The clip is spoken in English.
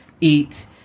eat